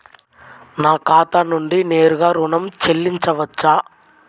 నా ఖాతా నుండి నేరుగా ఋణం చెల్లించవచ్చా?